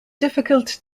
difficult